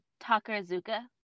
Takarazuka